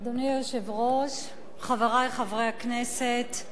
אדוני היושב-ראש, חברי חברי הכנסת,